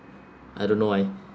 I don't know why